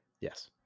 Yes